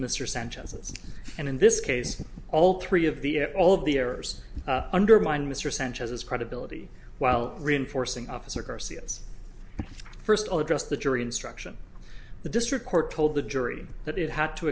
mr sanchez and in this case all three of the all of the errors undermined mr sanchez's credibility while reinforcing officer garcia's first all address the jury instruction the district court told the jury that it had to